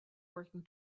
working